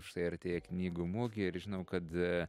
štai artėja knygų mugė ir žinau kad